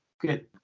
Good